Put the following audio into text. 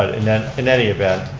ah in any event,